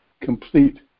complete